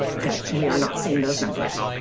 that we are not seeing those numbers,